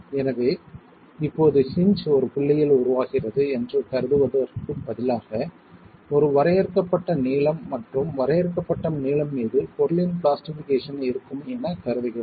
எனவே இப்போது ஹின்ஜ் ஒரு புள்ளியில் உருவாகிறது என்று கருதுவதற்குப் பதிலாக ஒரு வரையறுக்கப்பட்ட நீளம் மற்றும் வரையறுக்கப்பட்ட நீளம் மீது பொருளின் பிளாஸ்டிஃபிகேஷன் இருக்கும் எனக் கருதுகிறோம்